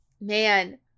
man